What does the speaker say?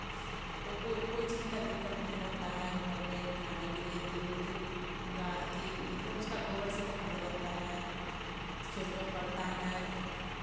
कोई कोई चीज़ का दिक्कत नहीं रहता है घर में खाने के लिए दूध गाय अथी मतलब उसका गोबर से खाद बनता है खेत में पट्टा है